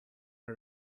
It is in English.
her